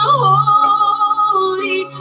holy